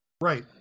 right